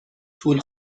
طول